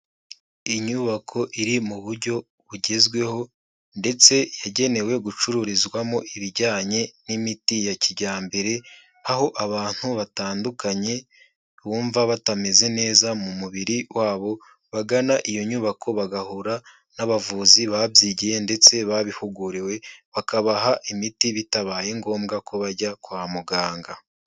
Inyubako iri mu buryo bugezweho ndetse yagenewe gucururizwamo ibijyanye n'imiti ya kijyambere, aho abantu batandukanye bumva batameze neza mu mubiri wabo bagana iyo nyubako bagahura n'abavuzi babyigiye ndetse babihuguriwe, bakabaha imiti bitabaye ngombwa ko bajya kwa muganga.